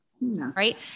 right